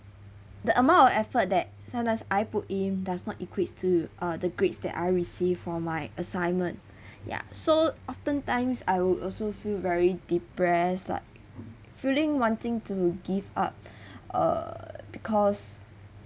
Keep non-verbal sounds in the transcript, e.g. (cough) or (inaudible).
the amount of effort that sometimes I put in does not equates to uh the grades that I received for my assignment (breath) ya so often times I would also feel very depressed like feeling wanting to give up (breath) err because